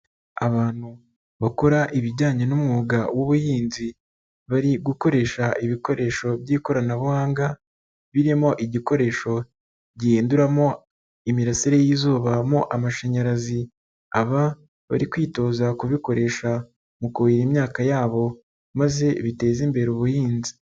Abantu bakora ibijyanye n'umwuga w'ubuhinzi bari gukoresha ibikoresho by'ikoranabuhanga birimo igikoresho gihinduramo imirasire y'izuba mo amashanyarazi aba bari kwitoza kubikoresha mu kuhira imyaka yabo maze biteze imbere ubuhinzi.